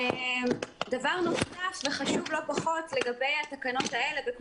דבר נוסף וחשוב לא פחות לגבי התקנות האלה.